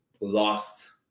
lost